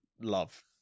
love